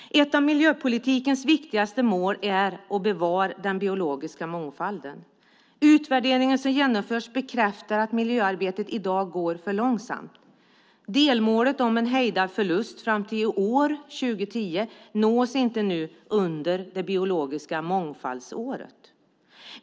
Ett av miljöpolitikens viktigaste mål är att bevara den biologiska mångfalden. Utvärderingar som genomförs bekräftar att miljöarbetet i dag går för långsamt. Delmålet om en hejdad förlust fram till i år, 2010, nås inte nu under det biologiska mångfaldsåret.